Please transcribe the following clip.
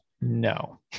no